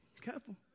careful